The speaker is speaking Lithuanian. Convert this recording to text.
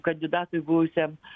kandidatui buvusiam